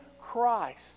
Christ